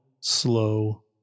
slow